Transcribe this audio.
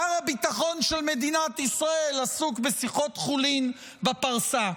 שר הביטחון של מדינת ישראל עסוק בשיחות חולין בפרסה.